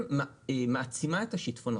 ומעצימה את השיטפונות.